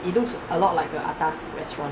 it looks a lot like the atas restaurant